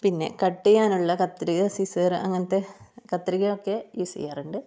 പിന്നെ കട്ട് ചെയ്യാനുള്ള കത്രിക സിസ്സിർ അങ്ങനത്തെ കത്രികയൊക്കെ യൂസ് ചെയ്യാറുണ്ട്